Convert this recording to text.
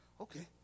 Okay